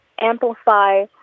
amplify